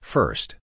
First